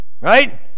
right